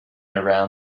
around